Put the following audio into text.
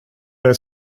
dig